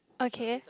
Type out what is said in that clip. okay